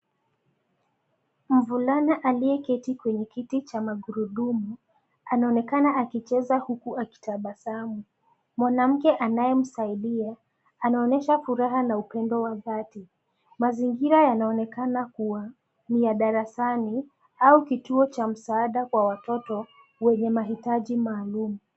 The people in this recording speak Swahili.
Mvulana aliyeketi kwenye kiti cha magurudumu anaonekana akicheza huku akitabasamu. Mwanamke anayemsaidia anaonyesha furaha na upendo wa dhati. Mazingira yanaonekana kuwa ni ya darasani au kituo cha msaada kwa watoto wenye mahitaji maalumu.